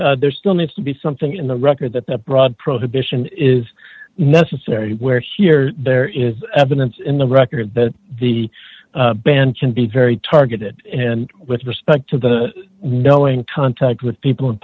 that there still needs to be something in the record that that broad probation is necessary where here there is evidence in the record that the band can be very targeted and with respect to the knowing contact with people in